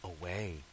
away